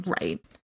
Right